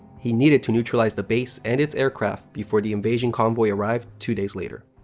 he needed to neutralize the base and its aircraft before the invasion convoy arrived two days later.